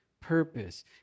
purpose